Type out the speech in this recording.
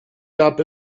gab